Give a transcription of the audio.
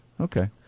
Okay